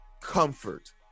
comfort